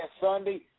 Sunday